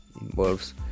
involves